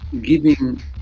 giving